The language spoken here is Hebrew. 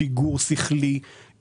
פיגור שכלי,